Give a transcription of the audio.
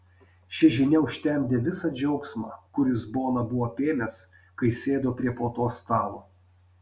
ši žinia užtemdė visą džiaugsmą kuris boną buvo apėmęs kai sėdo prie puotos stalo